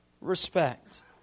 respect